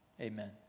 amen